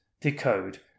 decode